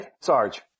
Sarge